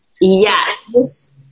Yes